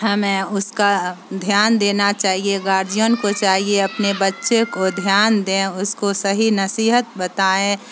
ہمیں اس کا دھیان دینا چاہیے گارجین کو چاہیے اپنے بچے کو دھیان دیں اس کو صحیح نصیحت بتائیں